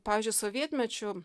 pavyzdžiui sovietmečiu